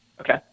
Okay